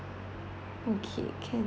okay can